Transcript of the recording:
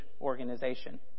organization